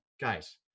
Guys